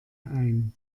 ein